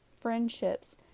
friendships